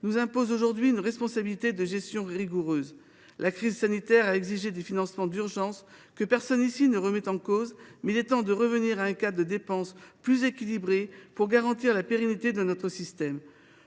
nous impose aujourd’hui une gestion responsable et rigoureuse. La crise sanitaire a nécessité des financements d’urgence, que personne ici ne remet en cause, mais il est temps de revenir à un cadre de dépenses plus équilibré, pour garantir la pérennité de notre système.